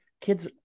kids